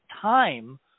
time